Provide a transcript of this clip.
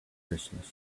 christmas